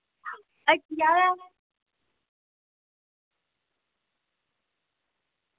हट्टिया गै